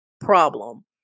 problem